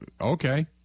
Okay